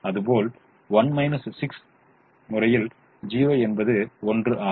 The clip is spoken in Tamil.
அதுபோல் 1 6 முறையில் 0 என்பது 1 ஆகும்